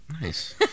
Nice